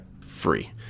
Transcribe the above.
free